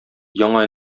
яңа